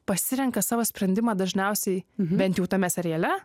pasirenka savo sprendimą dažniausiai bent jau tame seriale